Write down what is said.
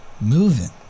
moving